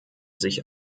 sich